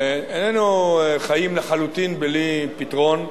איננו חיים לחלוטין בלי פתרון,